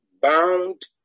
bound